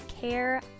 Care